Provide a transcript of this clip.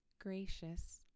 Gracious